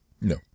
No